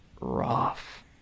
rough